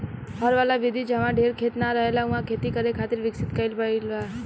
हर वाला विधि जाहवा ढेर खेत ना रहेला उहा खेती करे खातिर विकसित कईल गईल बा